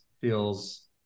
feels